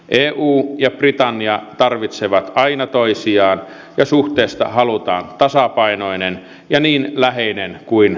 eu ja britannia tarvitsevat aina toisiaan ja suhteesta halutaan tasapainoinen ja niin läheinen kuin mahdollista